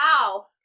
Wow